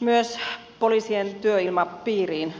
myös poliisien työilmapiiriin